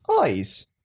eyes